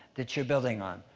that you're building on.